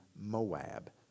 Moab